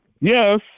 Yes